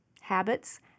Habits